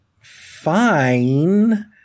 fine